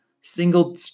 single